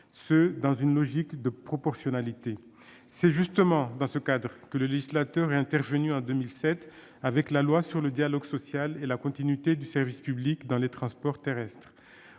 cela dans une logique de proportionnalité. C'est justement dans ce cadre que le législateur est intervenu en 2007, avec la loi sur le dialogue social et la continuité du service public dans les transports terrestres.